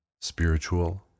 spiritual